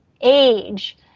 age